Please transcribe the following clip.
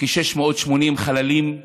כ-680 חללים,